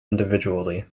individually